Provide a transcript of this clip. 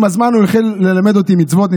עם הזמן הוא התחיל ללמד אותי מצוות,